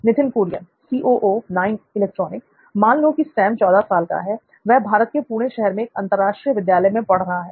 नित्थिन कुरियन मान लो कि सैम 14 साल का है वह भारत के पुणे शहर के एक अंतरराष्ट्रीय विद्यालय में पड़ रहा है